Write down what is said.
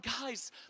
Guys